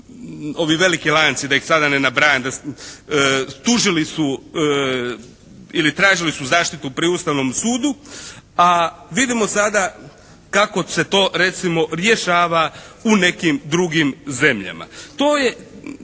ovi veliki lanci da ih sada ne nabrajam da, tužili su ili tražili su zaštitu pri Ustavnom sudu, a vidimo sada kako se to recimo rješava u nekim drugim zemljama. To je,